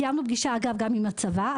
קבענו פגישה גם עם הצבא,